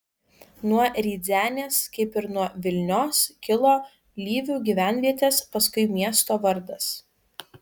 nuo rydzenės kaip ir nuo vilnios kilo lyvių gyvenvietės paskui miesto vardas